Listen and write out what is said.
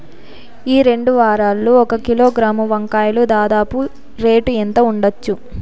ఈ రెండు వారాల్లో ఒక కిలోగ్రాము వంకాయలు దాదాపు రేటు ఎంత ఉండచ్చు?